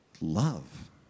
love